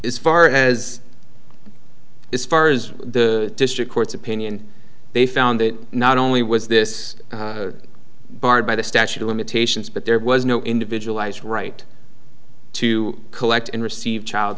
is far as is far as the district court's opinion they found that not only was this barred by the statute of limitations but there was no individualized right to collect and receive child